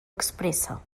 expressa